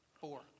Four